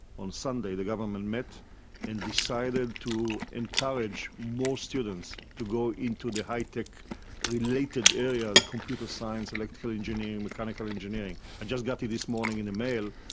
on sunday the government met and decided to encourage more students to go into the high-tech related areas, computer science, electrical engineering, mechanical engineering. i just got it this morning in the mail,